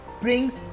brings